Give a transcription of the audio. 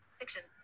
fiction